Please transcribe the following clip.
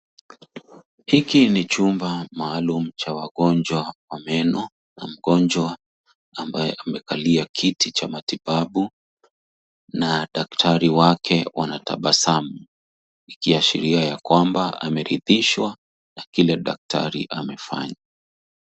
Hiki ni chumba maalum cha wagonjwa wa meno na mgonjwa ambaye amekalia kiti cha matibabu na daktari wake wanatabasamu ikiashiria ya kwamba ameridhishwa na kile ambacho daktari amefanya.